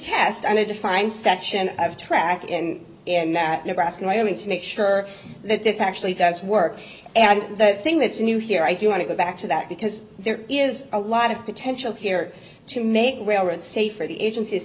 test on a defined section of track and in that nebraska wyoming to make sure that this actually does work and the thing that's new here i do want to go back to that because there is a lot of potential here to make railroads safer the agency is